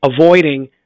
avoiding